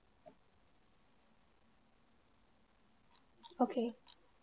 okay